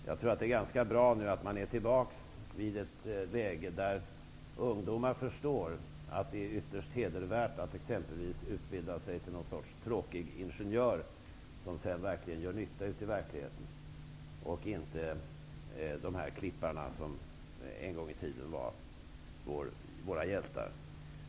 Jag tror att det är ganska bra att vi nu är tillbaka i ett läge där ungdomar förstår att det är ytterst hedervärt att utbilda sig till exempelvis något slags tråkig ingenjör, som sedan verkligen gör nytta ute i verkligheten, till skillnad från de klippare som en gång i tiden var våra hjältar.